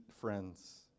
friends